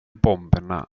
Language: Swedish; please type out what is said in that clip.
bomberna